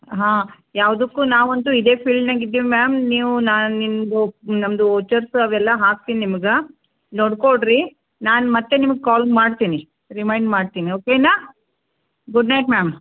ಹಾಂ ಯಾವುದಕ್ಕು ನಾವು ಅಂತು ಇದೇ ಫೀಲ್ಡ್ನಾಗ ಇದ್ದೀವಿ ಮ್ಯಾಮ್ ನೀವು ನಾ ನಿಮ್ದು ನಮ್ದು ಒಚರ್ಸ್ ಅವು ಎಲ್ಲ ಹಾಕ್ತೀನಿ ನಿಮ್ಗೆ ನೋಡ್ಕೊಳ್ಳಿ ರೀ ನಾನು ಮತ್ತೆ ನಿಮ್ಗೆ ಕಾಲ್ ಮಾಡ್ತೀನಿ ರಿಮೈಂಡ್ ಮಾಡ್ತೀನಿ ಓಕೆನಾ ಗುಡ್ ನೈಟ್ ಮ್ಯಾಮ್